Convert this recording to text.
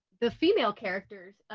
the female characters,